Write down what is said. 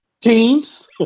teams